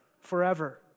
forever